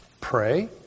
Pray